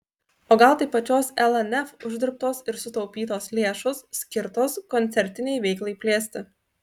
o gal tai pačios lnf uždirbtos ar sutaupytos lėšos skirtos koncertinei veiklai plėsti